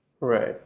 Right